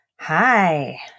Hi